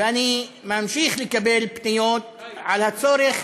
ואני ממשיך לקבל פניות על הצורך